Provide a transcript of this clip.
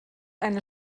eine